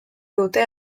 dute